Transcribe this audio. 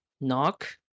knock